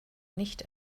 nicht